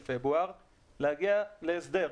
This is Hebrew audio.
להגיע להסדר.